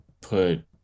put